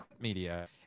media